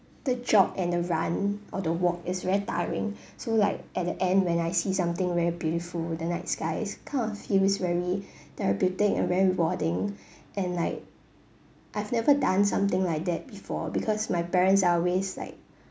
the jog and the run or the walk is very tiring so like at the end when I see something very beautiful the night skies kind of feels very therapeutic and very rewarding and like I've never done something like that before because my parents are always like